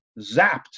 Zapped